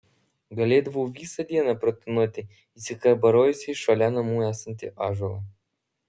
galėdavau visą dieną pratūnoti įsikabarojusi į šalia namų esantį ąžuolą